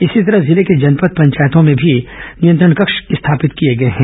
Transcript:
इसी तरह जिले के जनपद पंचायतों में भी नियंत्रण कक्ष स्थापित किए गए हैं